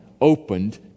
opened